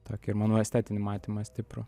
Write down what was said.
tokį ir manau estetinį matymą stiprų